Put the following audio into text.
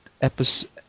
episode